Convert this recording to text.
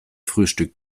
frühstück